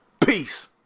Peace